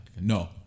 No